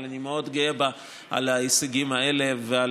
אבל אני מאוד גאה בה על ההישגים האלה ועל